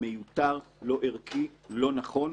זה מיותר, לא ערכי, לא נכון.